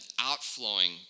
outflowing